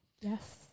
Yes